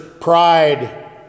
pride